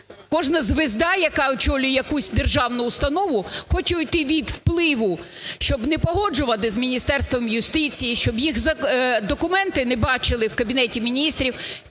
кожна "звезда", яка очолює якусь державну установу, хоче уйти від впливу, щоб не погоджувати з Міністерством юстиції, щоб їх документи не бачили в Кабінеті Міністрів.